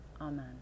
Amen